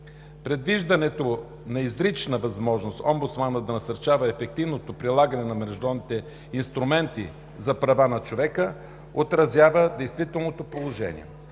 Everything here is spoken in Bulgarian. Предвиждането на изрична възможност омбудсманът да насърчава ефективното прилагане на международните инструменти за правата на човека отразява действителното положение.